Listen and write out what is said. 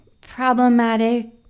problematic